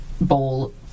bowl